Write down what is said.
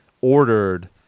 ordered